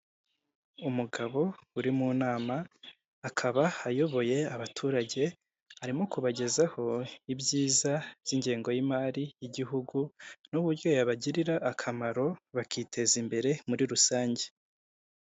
Umugabo uri mu nama akaba ayoboye abaturage, arimo kubagezaho ibyiza by'ingengo y'imari y'igihugu, n'uburyo yabagirira akamaro bakiteza imbere muri rusange.